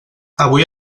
avui